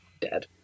Dead